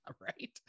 Right